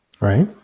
Right